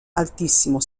altissimo